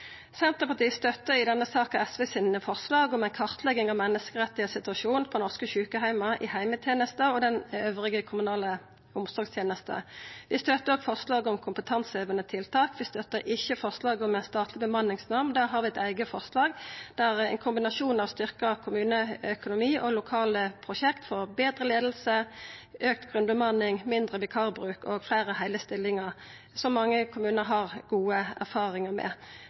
Senterpartiet støttar i denne saka SVs forslag om ei kartlegging av menneskerettssituasjonen på norske sjukeheimar, i heimetenesta og i den kommunale omsorgstenesta elles. Vi støttar òg forslaget om kompetansehevande tiltak. Vi støttar ikkje forslaget om ein statleg bemanningsnorm. Der har vi eit eige forslag; det er ein kombinasjon av styrkt kommuneøkonomi og lokale prosjekt for betre leiing, auka grunnbemanning, mindre vikarbruk og fleire heile stillingar – som mange kommunar har god erfaring med.